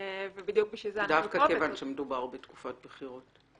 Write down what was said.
דווקא כיוון שמדובר בתקופת בחירות.